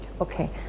Okay